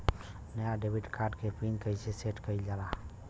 नया debit card क PIN कईसे सेट कईल जाला?